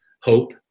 Hope